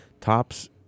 Tops